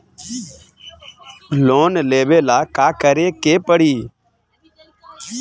Loan लेबे ला का करे के पड़ी?